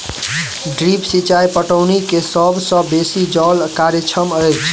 drip सिचाई पटौनी के सभ सॅ बेसी जल कार्यक्षम अछि